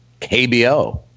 KBO